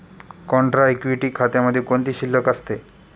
Contra equity खात्यामध्ये कोणती शिल्लक असते?